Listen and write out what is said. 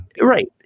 right